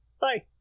bye